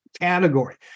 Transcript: category